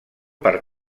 per